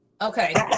Okay